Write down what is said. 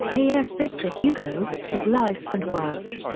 a f. victor hugo his life and work.